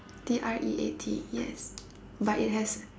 T R E A T yes but it has